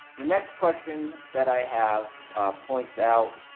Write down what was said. next question that i have points out